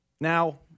Now